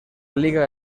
liga